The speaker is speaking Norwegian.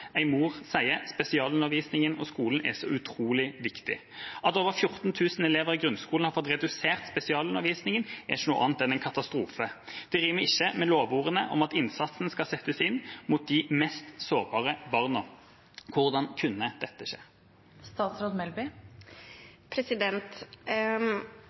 mor sier: Spesialundervisningen og skolen er så utrolig viktig. At over 14 000 elever i grunnskolen har fått redusert spesialundervisningen, er ikke noe annet enn en katastrofe. Det rimer ikke med lovordene om at innsatsen skal settes inn mot de mest sårbare barna. Hvordan kunne dette skje?